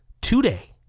today